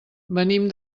venim